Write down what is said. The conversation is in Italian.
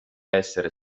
esser